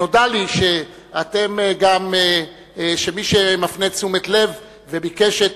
נודע לי שמי שמפנה את תשומת הלב וביקש את